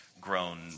grown